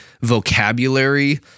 vocabulary